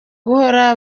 guhora